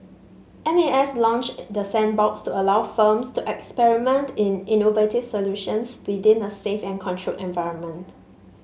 M A S launched the sandbox to allow firms to experiment in innovative solutions within a safe and controlled environment